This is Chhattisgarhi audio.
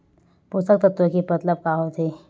पोषक तत्व के मतलब का होथे?